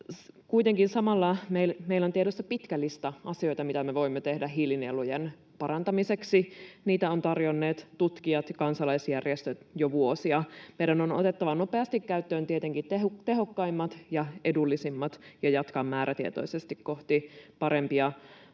Kuitenkin samalla meillä on tiedossa pitkä lista asioita, mitä me voimme tehdä hiilinielujen parantamiseksi. Niitä ovat tarjonneet tutkijat ja kansalaisjärjestöt jo vuosia. Meidän on otettava nopeasti käyttöön tietenkin tehokkaimmat ja edullisimmat ja jatkettava määrätietoisesti kohti parempia